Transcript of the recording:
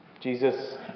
Jesus